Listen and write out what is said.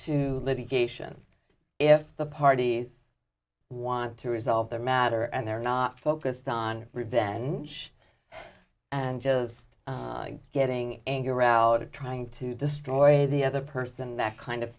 to litigation if the parties want to resolve the matter and they're not focused on revenge and just getting anger out of trying to destroy the other person and that kind of